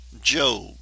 Job